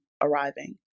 arriving